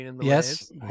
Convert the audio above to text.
yes